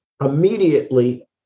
Immediately